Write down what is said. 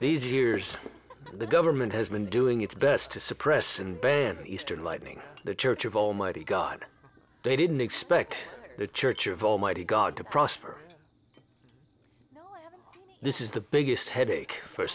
these years the government has been doing its best to suppress and ban eastern lightning the church of almighty god they didn't expect the church of almighty god to prosper this is the biggest headache for